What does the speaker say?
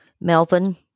melvin